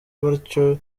batyo